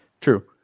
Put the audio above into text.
true